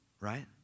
right